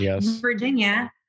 Virginia